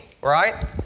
right